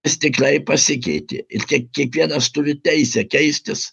jis tikrai pasikeitė ir kiek kiekvienas turi teisę keistis